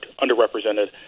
underrepresented